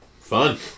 Fun